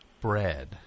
bread